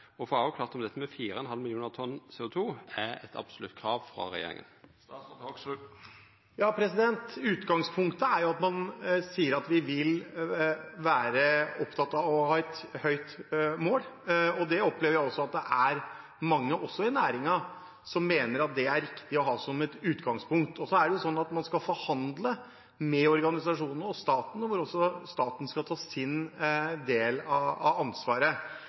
absolutt krav frå regjeringa. Utgangspunktet er at vi sier vi vil være opptatt av å ha et høyt mål. Det opplever jeg at det også er mange i næringen som mener er riktig å ha som et utgangspunkt. Så er det sånn at man skal forhandle med organisasjonene og staten, hvor også staten skal ta sin del av ansvaret.